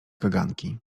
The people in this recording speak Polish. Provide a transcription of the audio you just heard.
kaganki